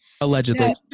Allegedly